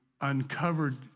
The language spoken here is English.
uncovered